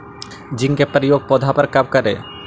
Zinc के प्रयोग पौधा मे कब करे?